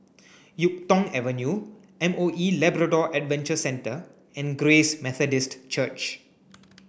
Yuk Tong Avenue M O E Labrador Adventure Centre and Grace Methodist Church